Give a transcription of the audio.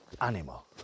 animal